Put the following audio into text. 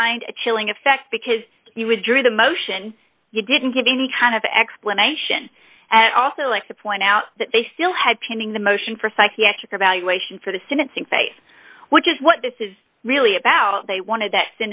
find a chilling effect because you would drew the motion you didn't get any kind of explanation and also like to point out that they still had pending the motion for psychiatric evaluation for the sentencing phase which is what this is really about they wanted that